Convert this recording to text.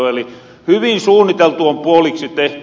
eli hyvin suunniteltu on puoliksi tehty